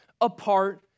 apart